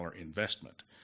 investment